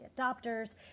adopters